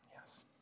Yes